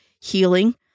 healing